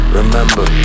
remember